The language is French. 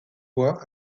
bois